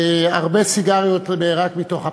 הרבה סיגריות, רק מתוך הפחד.